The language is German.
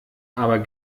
aber